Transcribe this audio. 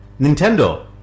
Nintendo